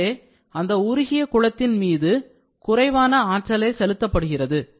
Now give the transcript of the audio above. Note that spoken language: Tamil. எனவே அந்த உருகிய குளத்தின் மீது குறைவான ஆற்றலே செலுத்தப்படுகிறது